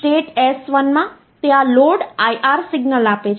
state s1 માં તે આ લોડ IR સિગ્નલ આપે છે